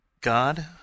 God